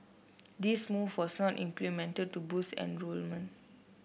this move was not implemented to boost enrolment